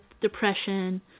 depression